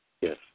Yes